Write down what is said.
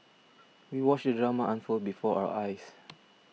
we watched drama unfold before our eyes